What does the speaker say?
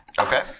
Okay